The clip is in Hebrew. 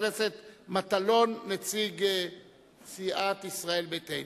חבר הכנסת מטלון, נציג סיעת ישראל ביתנו.